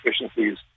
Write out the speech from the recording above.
efficiencies